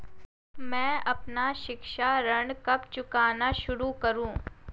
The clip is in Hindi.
मैं अपना शिक्षा ऋण कब चुकाना शुरू करूँ?